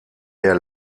der